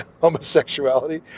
homosexuality